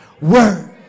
word